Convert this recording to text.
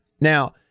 Now